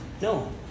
No